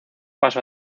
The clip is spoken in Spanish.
paso